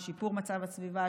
שיפור מצב הסביבה,